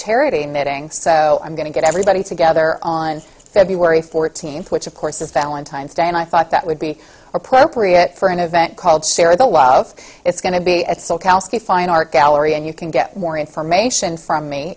charity knitting so i'm going to get everybody together on february fourteenth which of course is valentine's day and i thought that would be appropriate for an event called share the love it's going to be at soul koski fine art gallery and you can get more information from me